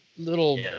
Little